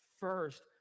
First